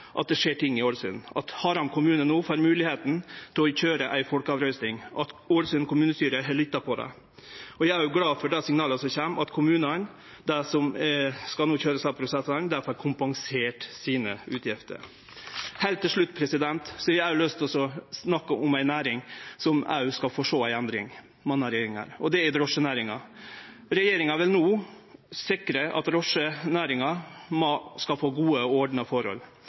skjer ting i Ålesund – at Haram kommune no får moglegheita til å halde ei folkerøysting, og at Ålesund kommunestyre har lytta til dei. Eg er òg glad for dei signala som kjem om at dei kommunane som no skal køyre desse prosessane, får kompensert utgiftene sine. Heilt til slutt har eg lyst til å snakke om ei næring som òg skal få sjå ei endring med denne regjeringa, og det er drosjenæringa. Regjeringa vil no sikre at drosjenæringa skal få gode og ordna forhold,